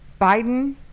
Biden